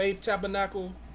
Tabernacle